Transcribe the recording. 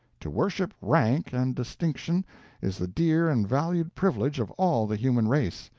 to worship rank and distinction is the dear and valued privilege of all the human race,